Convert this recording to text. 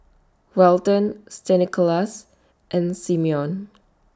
Welton Stanislaus and Simeon